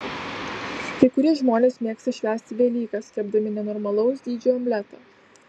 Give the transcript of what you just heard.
kai kurie žmonės mėgsta švęsti velykas kepdami nenormalaus dydžio omletą